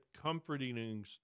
comforting